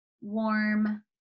warm